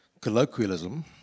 colloquialism